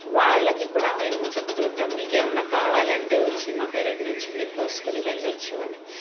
వాళ్ళకి కూడా మేము చెప్తూ ఉంటాము మీకేమన్నా కావాలంటే వచ్చి మా పెరడు నుంచి మీరు కోసుకుని వెళ్ళచ్చు అని